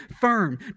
firm